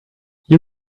you